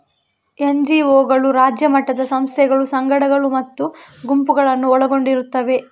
ಎನ್.ಜಿ.ಒಗಳು ರಾಜ್ಯ ಮಟ್ಟದ ಸಂಸ್ಥೆಗಳು, ಸಂಘಗಳು ಮತ್ತು ಗುಂಪುಗಳನ್ನು ಒಳಗೊಂಡಿರುತ್ತವೆ